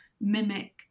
mimic